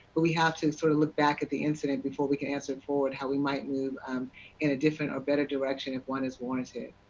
we have to and sort of look back at the incident before we can answer forward how we might move in a different or better direction if one is warranted.